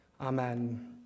amen